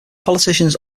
politicians